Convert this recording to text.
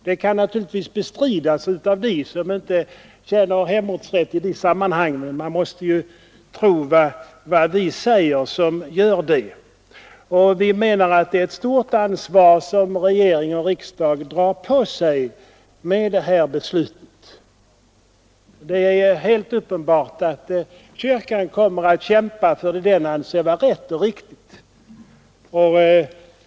Det kan naturligtvis bestridas av dem som inte känner hemortsrätt i de sammanhangen, men man måste tro vad de säger som gör det. Vi menar att det är ett stort ansvar som regering och riksdag drar på sig med det här beslutet. Det är självklart att kyrkans folk allt framgent kommer att kämpa för vad man anser vara rätt och riktigt.